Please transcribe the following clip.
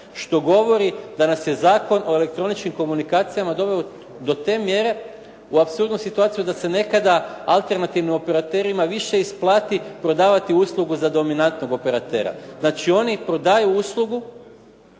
što govori da nas je Zakon o elektroničkim komunikacijama doveo do te mjere u apsurdnu situaciju da se nekada alternativnim operaterima više isplati prodavati uslugu za dominantnog operatera. Znači, oni prodaju uslugu